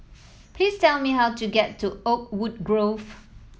please tell me how to get to Oakwood Grove